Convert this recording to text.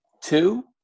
two